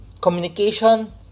communication